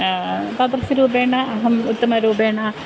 तादृश रूपेण अहम् उत्तमरूपेण